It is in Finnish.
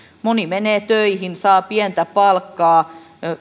moni menee töihin saa pientä palkkaa